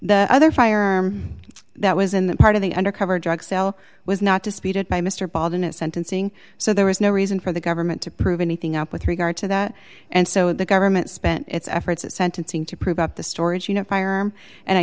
the other firearm that was in that part of the undercover drug sale was not disputed by mr baldwin at sentencing so there was no reason for the government to prove anything up with regard to that and so the government spent its efforts at sentencing to prove up the story as you know firearm and i